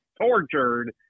tortured